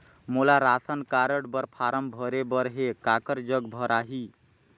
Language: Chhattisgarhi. मोला राशन कारड बर फारम भरे बर हे काकर जग भराही?